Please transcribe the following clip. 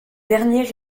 dernier